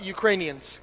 Ukrainians